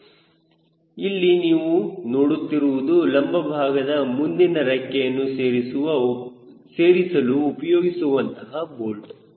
ಇಲ್ಲಿ ಇದು ನೀವು ನೋಡುತ್ತಿರುವುದು ಬಲಭಾಗದ ಮುಂದಿನ ರೆಕ್ಕೆಯನ್ನು ಸೇರಿಸಲು ಉಪಯೋಗಿಸುವಂತಹ ಬೋಲ್ಟ್